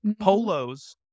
polos